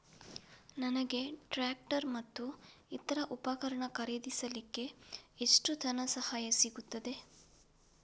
ನನಗೆ ಟ್ರ್ಯಾಕ್ಟರ್ ಮತ್ತು ಇತರ ಉಪಕರಣ ಖರೀದಿಸಲಿಕ್ಕೆ ಎಷ್ಟು ಧನಸಹಾಯ ಸಿಗುತ್ತದೆ?